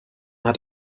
hat